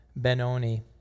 Benoni